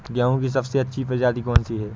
गेहूँ की सबसे अच्छी प्रजाति कौन सी है?